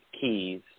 keys